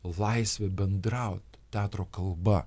laisvė bendraut teatro kalba